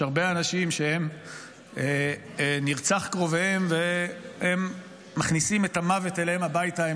יש הרבה אנשים שקרובם נרצח והם מכניסים את המוות אליהם הביתה,